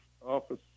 office